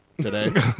today